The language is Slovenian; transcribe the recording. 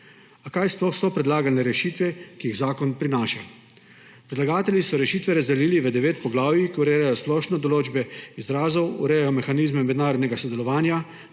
A kaj sploh so predlagane rešitve, ki jih zakon prinaša? Predlagatelji so rešitve razdelili v devet poglavij, ki urejajo splošne določbe izrazov, urejajo mehanizme mednarodnega sodelovanja,